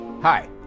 Hi